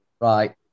right